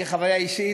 כחוויה אישית,